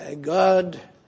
God